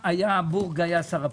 בורג היה שר הפנים,